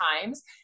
times